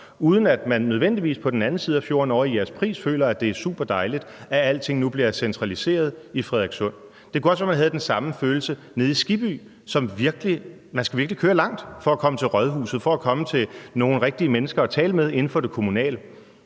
uden at de nødvendigvis på den anden side af fjorden, ovre i Jægerspris, føler, at det er super dejligt, at alting nu bliver centraliseret i Frederikssund. Det kunne også være, at man havde den samme følelse nede i Skibby, for man skal virkelig køre langt for at komme til rådhuset, for at komme til nogle rigtige menneske at tale med inden for det kommunale.